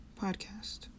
podcast